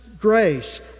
grace